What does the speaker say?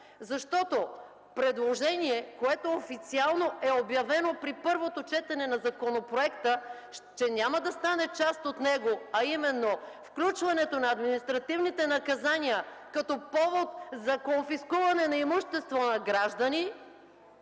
Защото предложение, което официално е обявено при първото четене на законопроекта, че няма да стане част от него, а именно включването на административните наказания като повод за конфискуване на имущество на граждани,